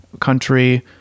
country